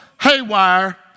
haywire